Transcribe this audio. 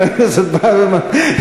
חבר הכנסת ברוורמן,